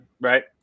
right